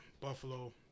Buffalo